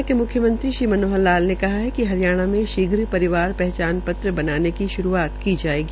हरियाणा के म्ख्यमंत्री श्री मनोहर लाल ने कहा कि हरियाणा में शीघ्र परिवार पहचान पत्र बनाने की श्रूआत की जायेगी